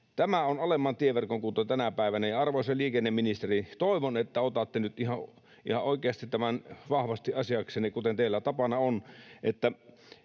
Tämä on alemman tieverkon kunto tänä päivänä, ja, arvoisa liikenneministeri, toivon, että otatte nyt ihan oikeasti tämän vahvasti asiaksenne, kuten teillä tapana on,